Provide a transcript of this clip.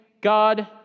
God